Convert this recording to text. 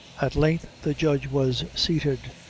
at length the judge was seated,